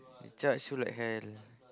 they charge you like hell